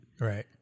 Right